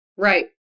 Right